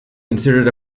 considered